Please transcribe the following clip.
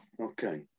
Okay